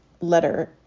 letter